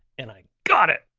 and i got it.